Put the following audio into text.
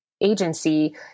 agency